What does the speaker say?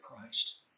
Christ